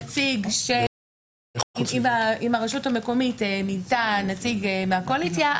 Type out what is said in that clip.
אם הרשות המקומית מינתה נציג מהקואליציה,